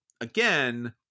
Again